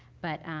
but